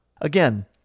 Again